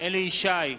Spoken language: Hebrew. אליהו ישי,